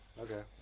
Okay